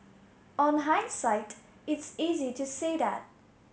on hindsight it's easy to say that